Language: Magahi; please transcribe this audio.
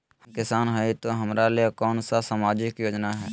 हम किसान हई तो हमरा ले कोन सा सामाजिक योजना है?